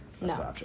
No